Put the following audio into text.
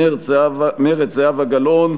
מרצ: זהבה גלאון.